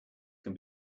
can